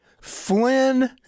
Flynn